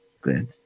Good